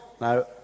Now